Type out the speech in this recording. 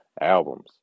albums